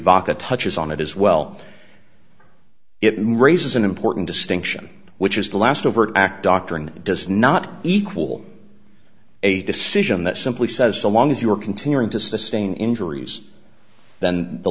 vaca touches on it as well it raises an important distinction which is the last overt act doctrine does not equal a decision that simply says so long as you're continuing to sustain injuries then the